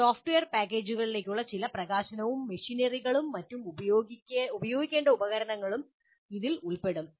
software പാക്കേജുകളിലേക്കുള്ള ചില പ്രകാശനവും മെഷിനറികളും ഉപയോഗിക്കേണ്ട ഉപകരണങ്ങളും ഇതിൽ ഉൾപ്പെടും